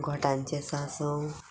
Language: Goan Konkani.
घोटांचे सासांव